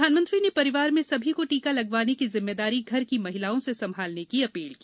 प्रधानमंत्री ने परिवार में सभी को टीका लगवाने की जिम्मेदारी घर की महिलाओं से संभालने की अपील की